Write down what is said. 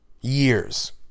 years